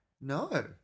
No